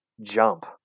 Jump